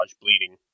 bleeding